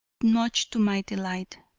much to my delight.